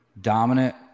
Dominant